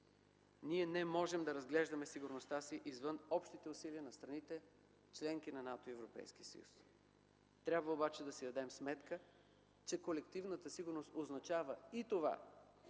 Ние не можем да разглеждаме сигурността си извън общите усилия на страните – членки на НАТО и Европейския съюз. Трябва обаче да си дадем сметка, че колективната сигурност означава и това,